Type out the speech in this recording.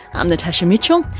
i'm natasha mitchell.